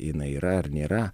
jinai yra ar nėra